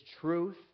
truth